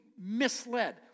misled